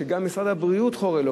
שגם משרד הבריאות חורה לו,